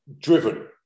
driven